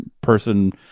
person